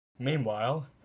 Meanwhile